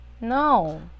No